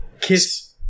Kiss